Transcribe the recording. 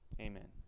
amen